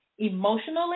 emotionally